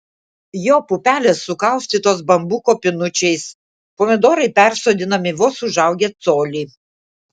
jo pupelės sukaustytos bambuko pinučiais pomidorai persodinami vos užaugę colį